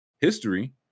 history